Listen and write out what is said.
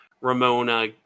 Ramona